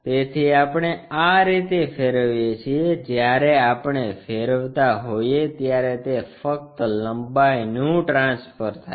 તેથી આપણે આ રીતે ફેરવીએ છીએ જ્યારે આપણે ફેરવતા હોઈએ ત્યારે તે ફક્ત લંબાઈનું ટ્રાન્સફર થાય છે